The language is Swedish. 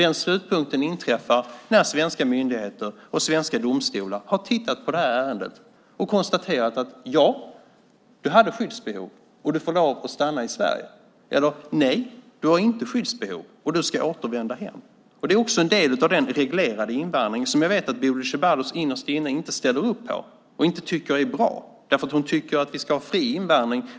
Den slutpunkten inträffar när svenska myndigheter och svenska domstolar har tittat på ärendet och konstaterat att personen har skyddsbehov och får lov att stanna i Sverige eller att personen inte har skyddsbehov och ska återvända hem. Det är också en del av den reglerade invandring som jag vet att Bodil Ceballos innerst inne inte ställer upp på och inte tycker är bra. Hon tycker nämligen att vi ska ha fri invandring.